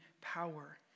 power